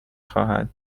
خواهد